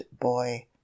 boy